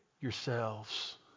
yourselves